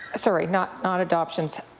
sorry, not not adoptions.